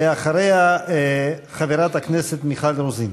אחריה, חברת הכנסת מיכל רוזין.